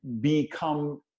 become